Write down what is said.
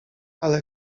ale